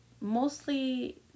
mostly